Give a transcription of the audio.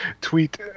tweet